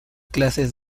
clases